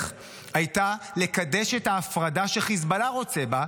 הייתה לקדש את ההפרדה שחיזבאללה רוצה בה,